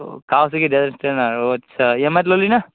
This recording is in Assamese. অঁ কাৱাছাকি জেড এক্স টেন আৰ অঁ আচ্ছা ই এম আইত ল'লি না